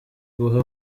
guha